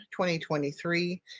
2023